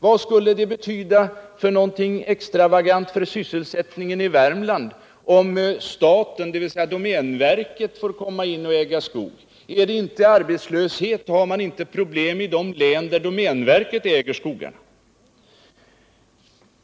Vad skulle det betyda för extravagant för sysselsättningen i Värmland om staten, dvs. domänverket, finge komma in och äga skog? Är det inte arbetslöshet och andra problem i de län där domänverket äger skogarna?